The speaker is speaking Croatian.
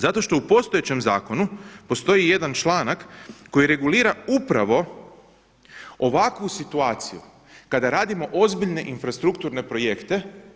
Zato što u postojećem zakonu postoji jedan članak koji regulira upravo ovakvu situaciju kada radimo ozbiljne infrastrukturne projekte.